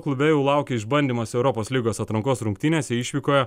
klube jau laukia išbandymas europos lygos atrankos rungtynėse išvykoje